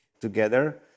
together